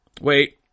Wait